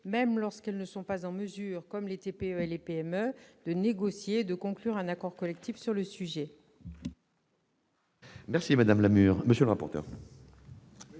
même lorsqu'elles ne sont pas en mesure, comme les TPE et PME, de négocier et de conclure un accord collectif sur ce point.